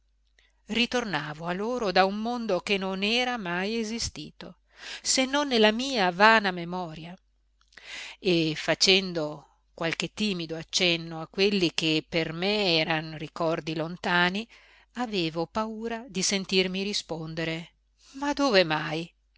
ritornavo a loro da un mondo che non era mai esistito se non nella mia vana memoria e facendo qualche timido accenno a quelli che per me eran ricordi lontani avevo paura di sentirmi rispondere ma dove mai